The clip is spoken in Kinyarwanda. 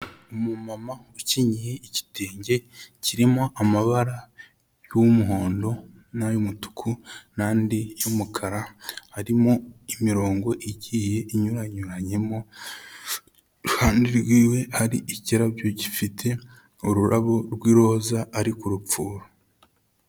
Umumama ukenyeye igitenge kirimo amabara y'umuhondo n'ay'umutuku n'andi y'umukara, arimo imirongo igiye inyuranyuranyemo, iruhande rwiwe hari ikirabyo gifite ururabo rw'iroza ari kurupfura.